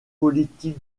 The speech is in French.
politique